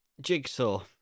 Jigsaw